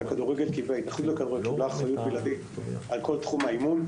שהתאחדות הכדורגל קיבלה אחריות בלעדית על כל תחום האימון,